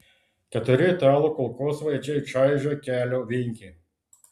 keturi italų kulkosvaidžiai čaižė kelio vingį